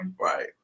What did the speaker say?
Right